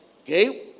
okay